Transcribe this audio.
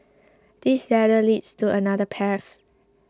this ladder leads to another path